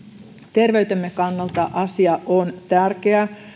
terveytemme kannalta asia on tärkeä